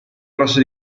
grosso